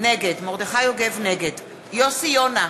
נגד יוסי יונה,